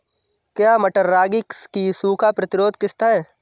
क्या मटर रागी की सूखा प्रतिरोध किश्त है?